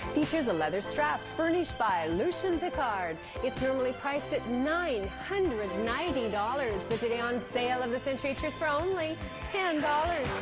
features a leather strap. furnished by lucien piccard. it's normally prized at nine hundred and ninety dollars. but today on so ale of the century, it's yours for only ten dollars.